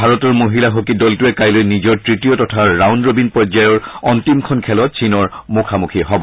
ভাৰতৰ মহিলা হকী দলটোৱে কাইলৈ নিজৰ তৃতীয় তথা ৰাউণ্ড ৰবীন পৰ্যায়ৰ অন্তিমখন খেলত চীনৰ মুখামুখি হব